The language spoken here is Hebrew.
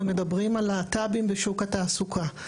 הם מדברים על להט"בים בשוק התעסוקה.